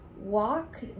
walk